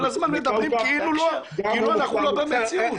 כל הזמן מדברים כאילו אנחנו לא במציאות.